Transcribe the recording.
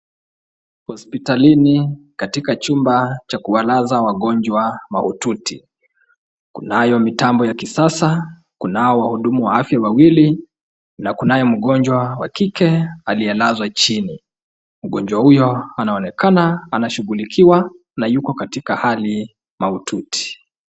Hospitalini katika chumba cha kuwalaza wagonjwa mahututi, kunayo mitambo ya kisasa, kunaio wahudumu wa afya wawili na kunaye mgonjwa wa kike aliyelazwa chini. Mgonjwa huyo anaonekana anashughulikiwa na yuko katika hali mahututi.